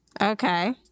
okay